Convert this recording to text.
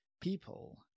people